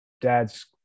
dad's